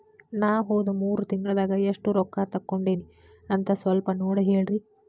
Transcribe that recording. ನಾ ಹೋದ ಮೂರು ತಿಂಗಳದಾಗ ಎಷ್ಟು ರೊಕ್ಕಾ ತಕ್ಕೊಂಡೇನಿ ಅಂತ ಸಲ್ಪ ನೋಡ ಹೇಳ್ರಿ